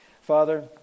Father